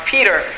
Peter